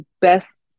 best